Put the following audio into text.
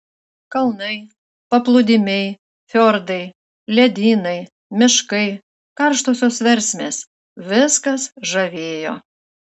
kalnai paplūdimiai fjordai ledynai miškai karštosios versmės viskas žavėjo